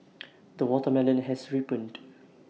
the watermelon has ripened